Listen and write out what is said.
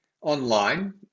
Online